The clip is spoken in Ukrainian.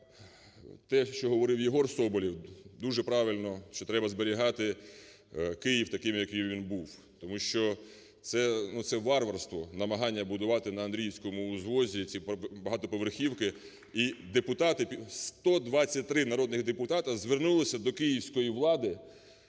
те, що говорив Єгор Соболєв. Дуже правильно, що треба зберігати Київ таким, який він був. Тому що це варварство, намагання будувати на Андріївському Узвозі ці багатоповерхівки. І депутати, 123 народних депутати звернулися до київської влади,